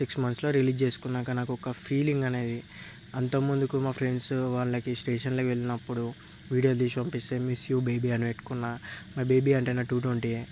six మంత్స్లో release చేసుకున్నాక నాకు ఒక ఫీలింగ్ అనేది అంత ముందుకు మా ఫ్రెండ్స్ వాళ్ళకి స్టేషన్లొ వెళ్ళినప్పుడు వీడియో తీసి పంపిస్తే మిస్ యు బేబీ అని పెట్టుకున్న మై బేబీ అంటే నా టూ ట్వంటీయే